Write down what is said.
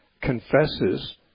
confesses